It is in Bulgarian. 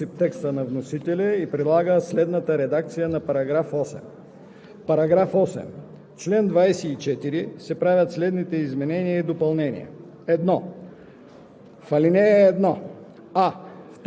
предложение на народния представител Константин Попов. Комисията подкрепя предложението. Комисията подкрепя по принцип текста на вносителя и предлага следната редакция на § 8: „§ 8.